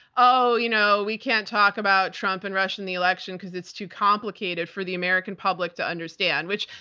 oh, you know, we can't talk about trump and russia in the election because it's too complicated for the american public to understand, which,